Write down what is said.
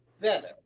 better